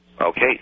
Okay